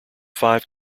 five